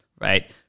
right